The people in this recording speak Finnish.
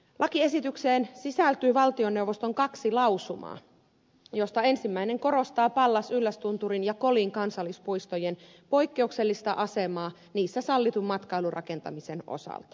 lakiesitykseen sisältyy valtioneuvoston kaksi lausumaa joista ensimmäinen korostaa pallas yllästunturin ja kolin kansallispuistojen poikkeuksellista asemaa niissä sallitun matkailun rakentamisen osalta